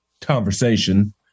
conversation